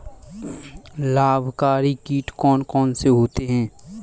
लाभकारी कीट कौन कौन से होते हैं?